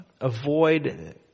avoid